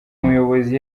muyobozi